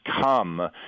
come